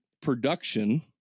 production